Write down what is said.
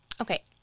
Okay